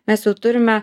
mes jau turime